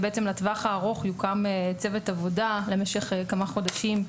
לטווח הארוך יוקם צוות עבודה למשך כמה חודשים,